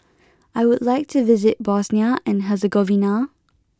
I would like to visit Bosnia and Herzegovina